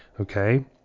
Okay